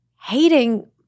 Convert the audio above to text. hating